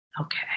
Okay